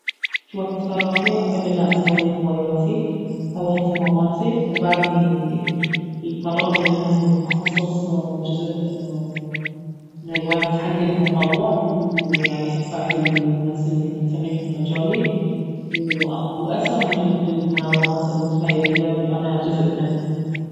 في وقت فراغي احب انه اسوي هواياتي او اهتماماتي وبعد اني الفراغ دايما اخصص جزء من الوقت حق التطوع ويعني اساعد الناس الي مهتمين في مجالي واساهم يعني في المنظمات الخيرية الي انا جزء منها